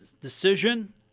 decision